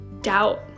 doubt